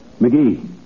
McGee